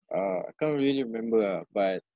uh I can't really remember ah but